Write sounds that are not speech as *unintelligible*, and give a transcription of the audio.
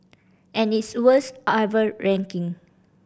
and its worst *unintelligible* ranking